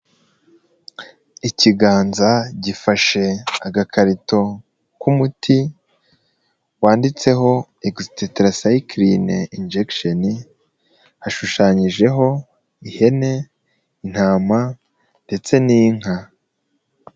Ikiganza gifashe agakarito k'umuti wanditseho egisitetara sayikilini injegisheni, hashushanyijeho ihene, intama ndetse n'inka.